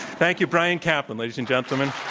thank you, bryan caplan, ladies and gentlemen.